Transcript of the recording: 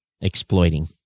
exploiting